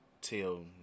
till